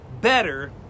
better